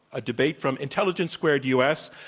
a debate from intelligence squared u. s.